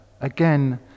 Again